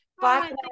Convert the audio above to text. bye